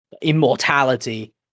immortality